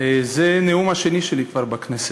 זה כבר הנאום השני שלי בכנסת.